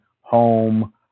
home